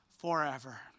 forever